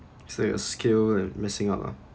so you're scared and missing out lah